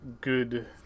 good